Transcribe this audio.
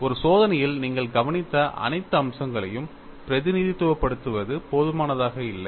ஒரு சோதனையில் நீங்கள் கவனித்த அனைத்து அம்சங்களையும் பிரதிநிதித்துவப்படுத்துவது போதுமானதாக இல்லை